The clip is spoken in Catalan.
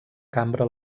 cambra